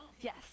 Yes